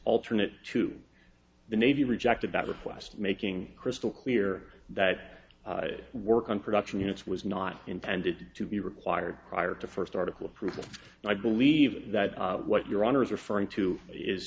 alternate to the navy rejected that request making crystal clear that work on production units was not intended to be required prior to first article approval and i believe that what your honor is referring to is